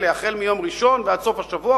החל מיום ראשון ועד סוף השבוע,